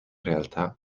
realtà